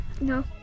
no